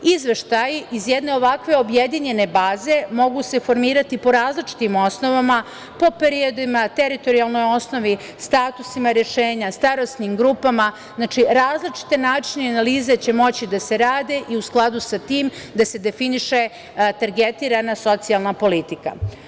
Izveštaj iz jedne ovakve objedinjene baze mogu se formirati po različitim osnovama, po periodima, teritorijalnoj osnovi, statusima rešenja, starosnim grupama, znači, različite načine i analize će moći da se rade, i u skladu sa tim da se definiše targetira socijalna politika.